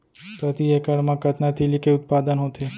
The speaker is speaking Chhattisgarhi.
प्रति एकड़ मा कतना तिलि के उत्पादन होथे?